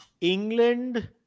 England